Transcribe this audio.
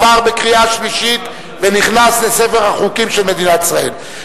עבר בקריאה שלישית ונכנס לספר החוקים של מדינת ישראל.